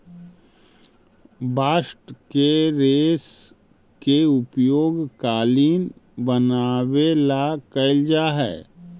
bast के रेश के उपयोग कालीन बनवावे ला कैल जा हई